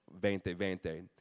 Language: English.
2020